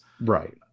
Right